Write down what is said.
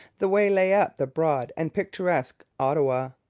the way lay up the broad and picturesque ottawa,